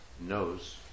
knows